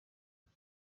nko